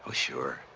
sure.